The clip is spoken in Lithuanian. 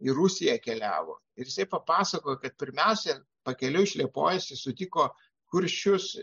į rusiją keliavo ir papasakojo kad pirmiausia pakeliui iš liepojos jie sutiko kuršius